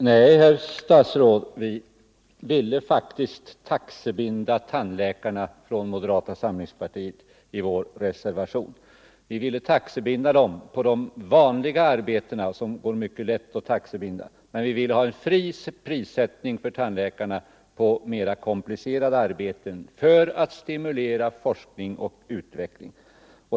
Herr talman! Nej, herr statsråd, i moderata samlingspartiets reservation föreslogs faktiskt att tandläkarna skulle taxebindas. Vi ville taxebinda tandläkarna på de vanliga arbetena som det går mycket lätt att taxebinda. Men vi ville däremot ha en fri taxesättning för tandläkarna på mera komplicerade arbeten för att stimulera forskning och utveckling.